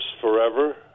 Forever